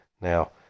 Now